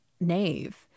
nave